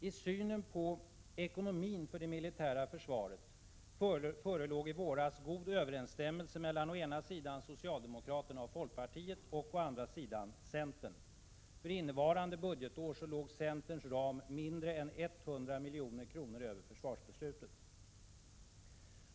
I synen på ekonomin för det militära försvaret förelåg det i våras god överensstämmelse mellan å ena sidan socialdemokraterna och folkpartiet och å andra sidan centern. För innevarande budgetår låg centerns ram mindre än 100 milj.kr. över försvarsbeslutet.